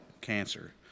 cancer